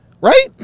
right